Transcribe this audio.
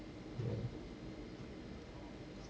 mm